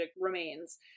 remains